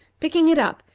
picking it up,